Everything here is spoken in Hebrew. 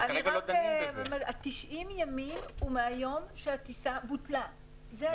אבל 90 הימים זה מהיום שהטיסה בוטלה.